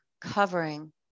covering